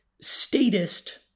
statist